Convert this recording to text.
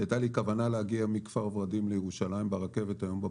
הייתה לי כוונה להגיע היום בבוקר מכפר ורדים לירושלים ברכבת.